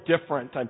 different